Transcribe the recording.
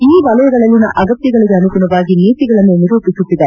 ಈ ವಲಯಗಳಲ್ಲಿನ ಅಗತ್ನಗಳಗೆ ಅನುಗುಣವಾಗಿ ನೀತಿಗಳನ್ನು ನಿರೂಪಿಸುತ್ತಿದೆ